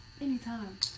anytime